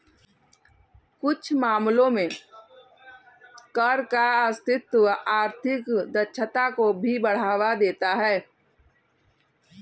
कुछ मामलों में कर का अस्तित्व आर्थिक दक्षता को भी बढ़ावा देता है